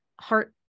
Heart